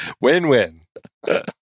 win-win